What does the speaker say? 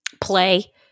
play